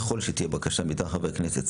שככול שתהיה בקשה מטעם חבר כנסת,